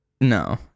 no